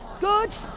Good